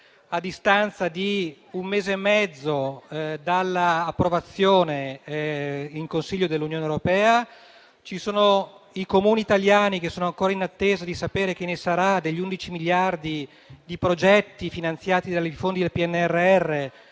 A distanza di un mese e mezzo dall'approvazione in Consiglio europeo, i Comuni italiani sono ancora in attesa di sapere che ne sarà degli 11 miliardi di progetti finanziati dai fondi del PNRR